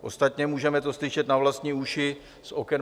Ostatně můžeme to slyšet na vlastní uši z oken